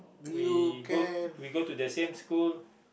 we go we go to the same school